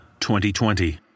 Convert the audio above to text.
2020